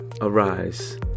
Arise